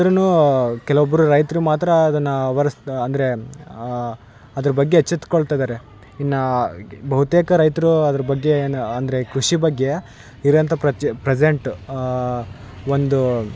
ಅದರೂನು ಕೆಲವೊಬ್ರು ರೈತರು ಮಾತ್ರ ಅದನ್ನ ಅವರ್ಸ್ದ್ ಅಂದ್ರೆ ಅದ್ರ ಬಗ್ಗೆ ಎಚ್ಚೆತ್ಕೊಳ್ತಿದ್ದಾರೆ ಇನ್ನಾ ಬಹುತೇಕ ರೈತರು ಅದ್ರ ಬಗ್ಗೆ ಅಂದರೆ ಕೃಷಿ ಬಗ್ಗೆ ಇರಂತ ಪ್ರಚೆ ಪ್ರೆಸೆಂಟ್ ಒಂದು